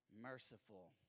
merciful